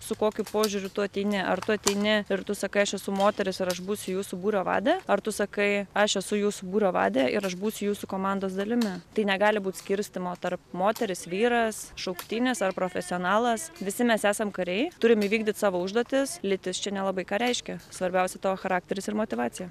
su kokiu požiūriu tu ateini ar tu ateini ir tu sakai aš esu moteris ir aš būsiu jūsų būrio vadė ar tu sakai aš esu jūsų būrio vadė ir aš būsiu jūsų komandos dalimi tai negali būt skirstymo tarp moteris vyras šauktinis ar profesionalas visi mes esam kariai turim įvykdyt savo užduotis lytis čia nelabai ką reiškia svarbiausia tavo charakteris ir motyvacija